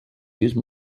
use